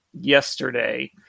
yesterday